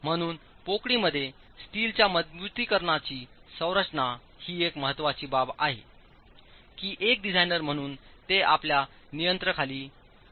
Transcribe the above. म्हणून पोकळींमध्ये स्टीलच्या मजबुतीकरणाची संरचना ही एक महत्वाची बाब आहे की एक डिझाइनर म्हणून ते आपल्या नियंत्रणाखाली असतो